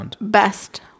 best